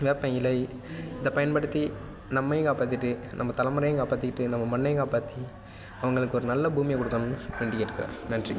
வேப்பம் இலை இதை பயன் படுத்தி நம்மையும் காப்பாத்திகிட்டு நம்ம தலைமுறையும் காப்பாற்றிக்கிட்டு நம்ம மண்ணையும் காப்பாற்றி அவங்களுக்கு ஒரு நல்ல பூமியை கொடுக்கணும்னு வேண்டி கேட்டுக்கிறேன் நன்றி